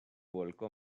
volcó